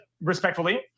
respectfully